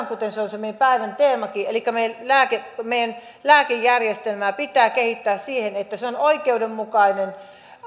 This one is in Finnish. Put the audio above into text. kuten se on se meidän päivän teemakin elikkä meidän lääkejärjestelmäämme pitää kehittää siihen että se on oikeudenmukainen